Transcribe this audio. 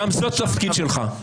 גם זה התפקיד שלך,